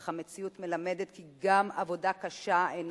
אך המציאות מלמדת כי גם עבודה קשה אינה